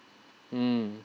mm